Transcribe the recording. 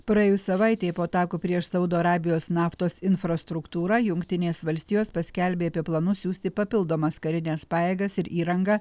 praėjus savaitei po atakų prieš saudo arabijos naftos infrastruktūrą jungtinės valstijos paskelbė apie planus siųsti papildomas karines pajėgas ir įrangą